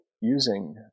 using